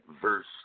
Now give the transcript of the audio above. verse